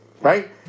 Right